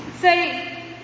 Say